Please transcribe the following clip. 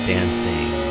Dancing